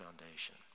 foundation